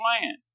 land